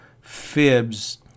fibs